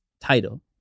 title